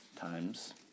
times